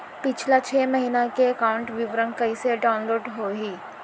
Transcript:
पिछला छः महीना के एकाउंट विवरण कइसे डाऊनलोड होही?